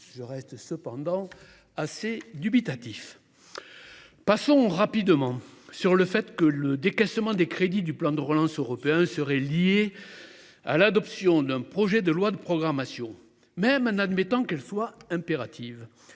Tout cela me laisse dubitatif… Passons rapidement sur le fait que le décaissement des crédits du plan de relance européen serait lié à l’adoption d’un projet de loi de programmation. Même en admettant qu’elle soit impérative,